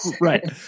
Right